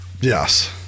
Yes